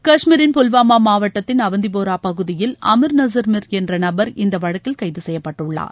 கஷ்மீரின் புல்வாமா மாவட்டத்தின் அவந்திபோரா பகுதியில் அமீர் நசிர் மிர் என்ற நபர் இந்த வழக்கில் கைது செய்யப்பட்டுள்ளார்